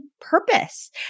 purpose